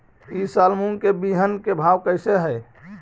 ई साल मूंग के बिहन के भाव कैसे हई?